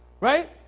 Right